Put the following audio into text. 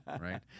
Right